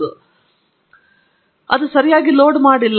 ಭರವಸೆಯ ಭಾಗವನ್ನು ಕುರಿತು ಚಿಂತಿಸಬೇಡಿ ಅದು ಸರಿಯಾಗಿ ಲೋಡ್ ಮಾಡಿಲ್ಲ